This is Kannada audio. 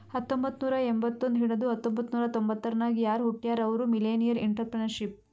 ಹತ್ತಂಬೊತ್ತ್ನೂರಾ ಎಂಬತ್ತೊಂದ್ ಹಿಡದು ಹತೊಂಬತ್ತ್ನೂರಾ ತೊಂಬತರ್ನಾಗ್ ಯಾರ್ ಹುಟ್ಯಾರ್ ಅವ್ರು ಮಿಲ್ಲೆನಿಯಲ್ಇಂಟರಪ್ರೆನರ್ಶಿಪ್